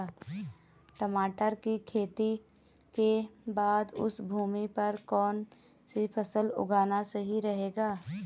टमाटर की खेती के बाद उस भूमि पर कौन सी फसल उगाना सही रहेगा?